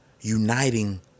uniting